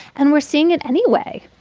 and we're seeing it anyway